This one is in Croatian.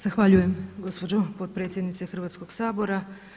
Zahvaljujem gospođo potpredsjednice Hrvatskog sabora.